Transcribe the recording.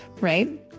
right